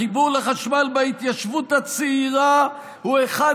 החיבור לחשמל בהתיישבות הצעירה הוא אחד